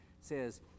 says